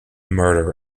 murder